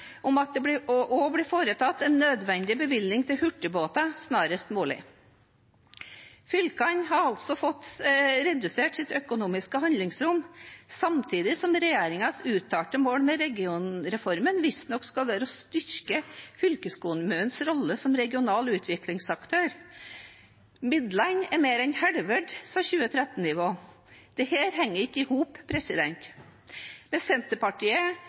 om at det også blir foretatt en nødvendig bevilgning til hurtigbåter snarest mulig. Fylkene har altså fått redusert sitt økonomiske handlingsrom samtidig som regjeringens uttalte mål med regionreformen visstnok skal være å styrke fylkeskommunenes rolle som regional utviklingsaktør. Midlene er mer enn halvert siden 2013-nivået. Dette henger ikke i hop.